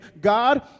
God